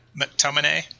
McTominay